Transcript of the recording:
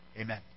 Amen